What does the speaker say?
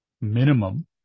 minimum